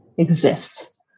Exists